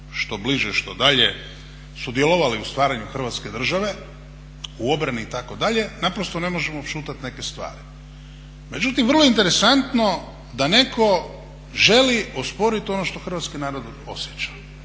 što bliže, što dalje, sudjelovali u stvaranju Hrvatske države, u obrani i tako dalje, naprosto ne možemo šutat neke stvari. Međutim vrlo interesantno da netko želi osporiti ono što hrvatski narod osjeća.